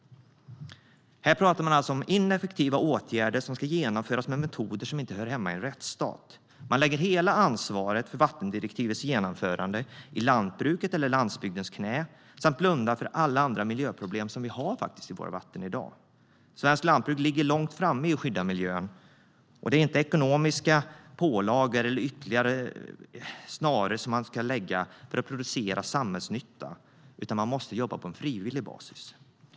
Här talar man alltså om ineffektiva åtgärder som ska genomföras med metoder som inte hör hemma i en rättsstat. Man lägger hela ansvaret för vattendirektivets genomförande i lantbrukets eller landsbygdens knä samt blundar för alla andra miljöproblem som vi har i våra vatten i dag. Svenskt lantbruk ligger långt framme när det gäller att skydda miljön. Det är inte ytterligare pålagor eller ytterligare snaror som ska till om det ska kunna produceras samhällsnytta, utan man måste jobba på frivillig basis.